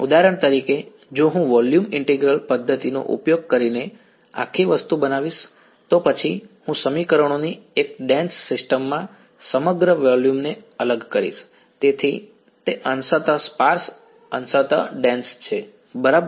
ઉદાહરણ તરીકે જો હું વોલ્યુમ ઇન્ટિગ્રલ પદ્ધતિનો ઉપયોગ કરીને આખી વસ્તુ બનાવીશ તો પછી હું સમીકરણોની એક ડેન્સ સિસ્ટમમાં સમગ્ર વોલ્યુમને અલગ કરીશ તેથી તે અંશતઃ સ્પાર્સ અંશતઃ ડેન્સ છે બરાબર